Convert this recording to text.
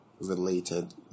related